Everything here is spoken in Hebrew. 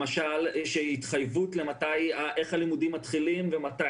למשל, התחייבות איך הלימודים מתחילים ומתי.